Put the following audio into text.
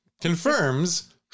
Confirms